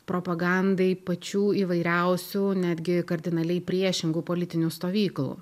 propagandai pačių įvairiausių netgi kardinaliai priešingų politinių stovyklų